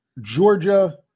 Georgia